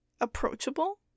approachable